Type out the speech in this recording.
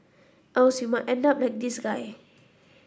else you might end up like this guy